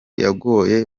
yagoye